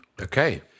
Okay